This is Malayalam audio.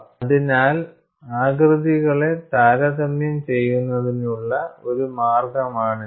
അതിനാൽ ആകൃതികളെ താരതമ്യം ചെയ്യുന്നതിനുള്ള ഒരു മാർഗമാണിത്